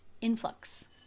influx